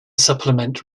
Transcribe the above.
supplement